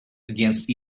against